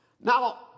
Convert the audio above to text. Now